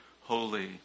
holy